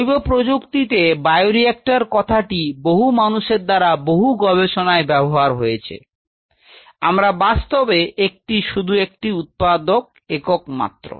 জৈবপ্রযুক্তিতে bioreactor কথাটি বহু মানুষের দ্বারা বহু গবেষণায় ব্যাবহার হয়েছে আমরা বাস্তবে একটি শুধু একটি উৎপাদক একক মাত্র